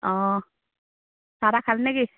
অঁ চাহ তাহ খালিনে কি